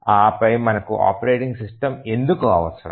ఆ పై మనకు ఆపరేటింగ్ సిస్టమ్ ఎందుకు అవసరం